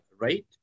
right